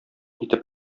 итеп